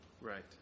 Right